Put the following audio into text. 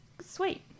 sweet